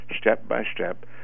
step-by-step